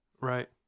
Right